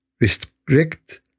restrict